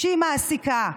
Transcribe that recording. שהיא מעסיקה.